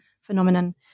phenomenon